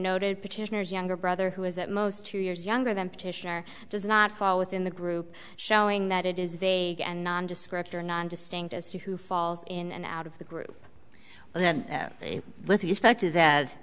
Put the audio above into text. noted petitioners younger brother who is at most two years younger than petitioner does not fall within the group showing that it is vague and nondescript or non distinct as to who falls in and out of the group and then they l